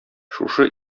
шушы